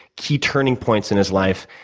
key turning points in his life,